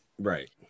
right